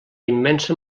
immensa